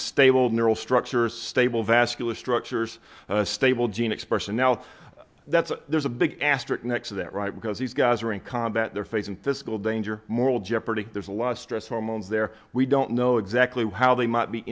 stable neural structures stable vascular structures stable gene expression now that's there's a big asterisk next to that right because these guys are in combat they're facing physical danger moral jeopardy there's a lot of stress hormones there we don't know exactly how they might be